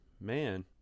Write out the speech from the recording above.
man